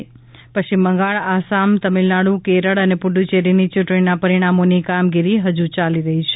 ૈ પશ્ચિમ બંગાળ આસામ તમીલનાડુ કેરળ અને પુડુચેરીની ચુંટણીના પરીણામોની કામગીરી ફજુ ચાલી રહી છે